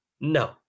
no